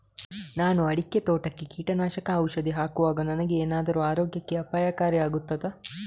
ನಾನು ಅಡಿಕೆ ತೋಟಕ್ಕೆ ಕೀಟನಾಶಕ ಔಷಧಿ ಹಾಕುವಾಗ ನನಗೆ ಏನಾದರೂ ಆರೋಗ್ಯಕ್ಕೆ ಅಪಾಯಕಾರಿ ಆಗುತ್ತದಾ?